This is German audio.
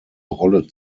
rolle